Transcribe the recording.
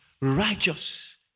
righteous